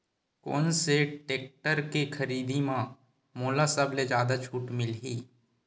कोन से टेक्टर के खरीदी म मोला सबले जादा छुट मिलही?